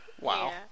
Wow